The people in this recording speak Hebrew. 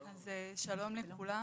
שלום לכולם,